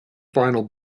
final